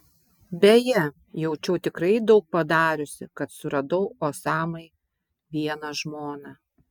beje jaučiau tikrai daug padariusi kad suradau osamai vieną žmoną